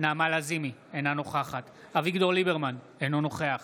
נעמה לזימי, אינה נוכחת אביגדור ליברמן, אינו נוכח